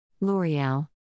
L'Oreal